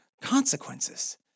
consequences